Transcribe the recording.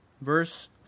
verse